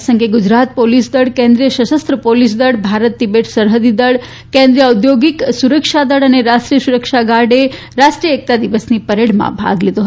આ પ્રસંગે ગુજરાત પોલીસ દળ કેન્દ્રિય સશસ્ત્ર પોલીસ દળ ભારત તિબેટ સરહદી દળ કેન્દ્રિય ઔદ્યોગિક સુરક્ષા દળ અને રાષ્ટ્રીય સુરક્ષા ગાર્ડે રાષ્ટ્રીય એકતા દિવસની પરેડમાં ભાગ લીધો